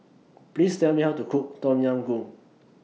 Please Tell Me How to Cook Tom Yam Goong